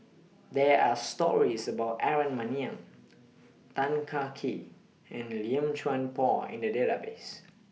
There Are stories about Aaron Maniam Tan Kah Kee and Lim Chuan Poh in The Database